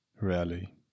rarely